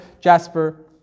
jasper